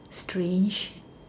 strange